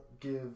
give